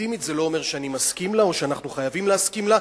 לגיטימית זה לא אומר שאני מסכים לה או שאנחנו חייבים להסכים לה,